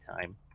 time